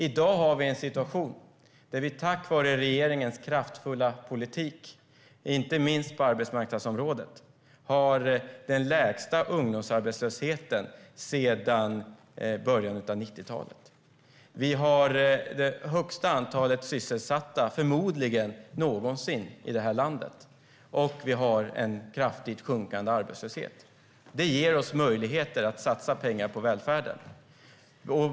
I dag har vi en situation där vi tack vare regeringens kraftfulla politik, inte minst på arbetsmarknadsområdet, har den lägsta ungdomsarbetslösheten sedan början av 1990-talet. Vi har förmodligen det högsta antalet sysselsatta någonsin i det här landet och en kraftigt sjunkande arbetslöshet. Det ger oss möjligheter att satsa pengar på välfärden.